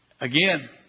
Again